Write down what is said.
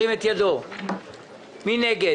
מי נגד?